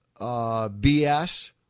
BS